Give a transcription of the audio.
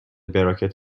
براکت